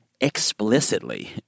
explicitly